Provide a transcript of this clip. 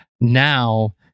now